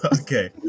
Okay